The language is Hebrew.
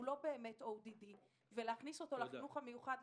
לא באמת ODD. להכניס אותו לחינוך המיוחד,